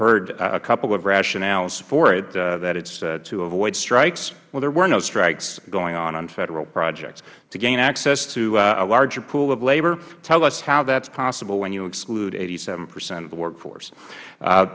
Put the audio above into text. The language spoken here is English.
heard a couple of rationales for it that it is to avoid strikes well there were no strikes going on on federal projects to gain access to a larger pool of labor tell us how that is possible when you exclude eighty seven percent of the work force